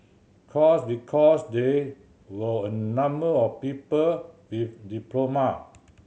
course because they were a number of people with diploma